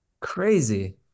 Crazy